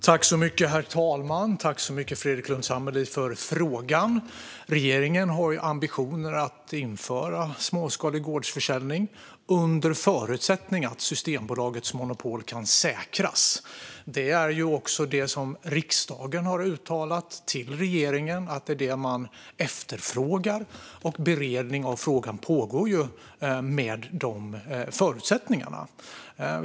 Herr talman! Tack för frågan, Fredrik Lundh Sammeli! Regeringen har ambitionen att införa småskalig gårdsförsäljning under förutsättning att Systembolagets monopol kan säkras. Det är också det som riksdagen har uttalat till regeringen. Det är det man efterfrågar. Beredning av frågan pågår med de förutsättningarna.